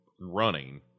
running